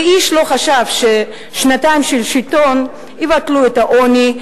ואיש לא חשב ששנתיים של שלטון יבטלו את העוני,